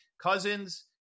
Cousins